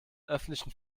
öffentlichen